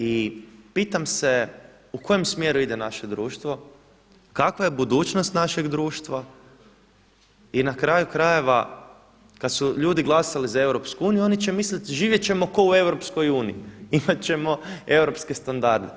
I pitam se u kojem smjeru ide naše društvo, kakva je budućnost našeg društva i na kraju krajeva kad su ljudi glasali za Europsku uniju oni će misliti živjet ćemo kao u EU, imat ćemo europske standarde.